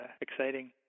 exciting